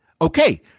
Okay